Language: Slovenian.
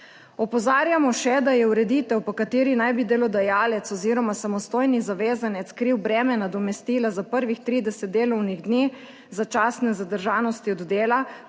Opozarjamo še, da je ureditev, po kateri naj bi delodajalec oziroma samostojni zavezanec kril breme nadomestila za prvih 30 delovnih dni začasne zadržanosti od dela,